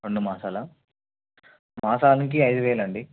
రెండు మాసాలు మాసానికి ఐదు వేలు అండి